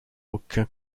aucun